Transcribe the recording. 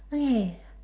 okay